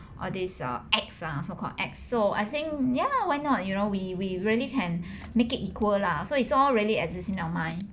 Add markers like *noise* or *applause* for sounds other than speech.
all these uh acts ah so called acts so I think yeah why not you know we we really can *breath* make it equal lah so it's all really exists in our mind